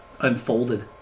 unfolded